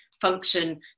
function